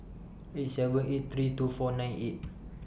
eight seven eight three two four nine eight